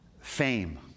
fame